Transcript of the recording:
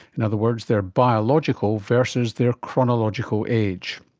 in other words, their biological versus their chronological age.